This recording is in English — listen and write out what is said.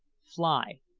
fly,